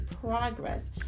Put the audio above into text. progress